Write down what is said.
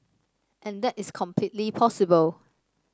and that is completely possible